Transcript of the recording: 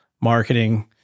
marketing